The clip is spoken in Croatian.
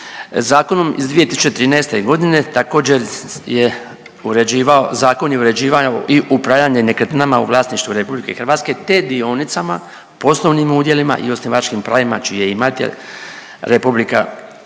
Zakonom iz 2013. godine također je uređivao, zakon je uređivao i upravljanje nekretninama u vlasništvu RH te dionicama, poslovnim udjelima i osnivačkim pravima čiji je imatelj RH.